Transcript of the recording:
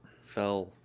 fell